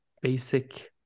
basic